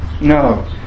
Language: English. No